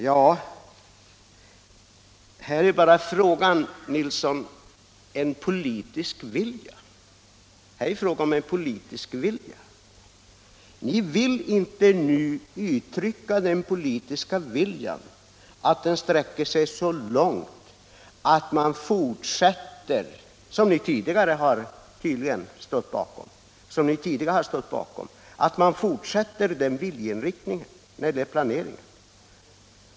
Men här är det fråga om en politisk vilja. Ni vill nu inte sträcka er så långt som att fortsätta med samma planeringstal, vilket ni förut gjort.